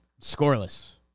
scoreless